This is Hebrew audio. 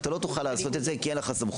אתה לא תוכל לעשות את זה כי אין לך סמכות.